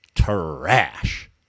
Trash